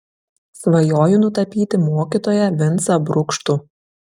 svajoju nutapyti mokytoją vincą brukštų